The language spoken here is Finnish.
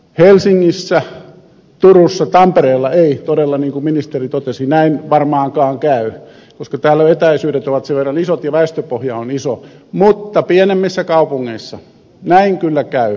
helsingissä turussa tampereella ei todella niin kuin ministeri totesi näin varmaankaan käy koska etäisyydet ovat sen verran isot ja väestöpohja on iso mutta pienemmissä kaupungeissa näin kyllä käy